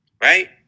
Right